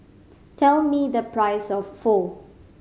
tell me the price of Pho